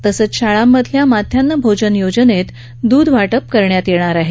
तसंच शाळांमधल्या मध्यान्ह भोजन योजनेत दूध देण्यात येणार आहे